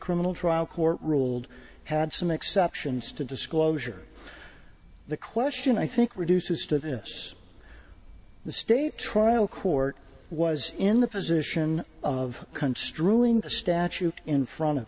criminal trial court ruled had some exceptions to disclosure the question i think reduces to this the state trial court was in the position of construing the statute in front of